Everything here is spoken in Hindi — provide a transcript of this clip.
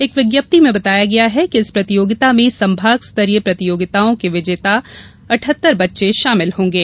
एक विज्ञप्ति में बताया गया है कि इस प्रतियोगिता में संभाग स्तरीय प्रतियोगिताओं के विजेता अठहत्तर बच्चे शामिल होंगे